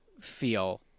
feel